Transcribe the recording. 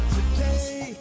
Today